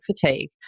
fatigue